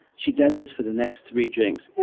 she does this for the next three drinks, yeah